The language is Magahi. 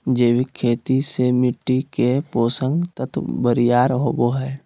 जैविक खेती से मिट्टी के पोषक तत्व बरियार होवो हय